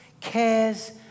cares